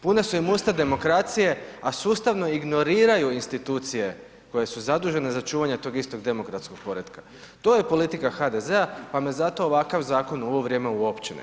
Puna su im usta demokracije a sustavno ignoriraju institucije koje su zadužene za čuvanje tog istog demokratskog poretka, to je politika HDZ-a pa me zato ovakav zakon u ovo vrijeme uopće ne čudi.